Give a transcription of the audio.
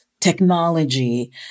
technology